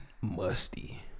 Musty